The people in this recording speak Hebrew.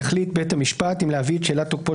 יחליט בית המשפט אם להביא את שאלת תוקפו